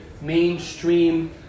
mainstream